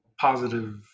positive